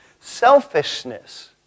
selfishness